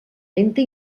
lenta